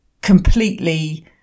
completely